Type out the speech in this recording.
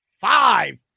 five